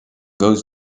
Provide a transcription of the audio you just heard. goes